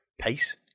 Pace